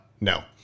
no